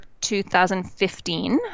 2015